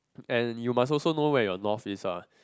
and you must also know where your north is ah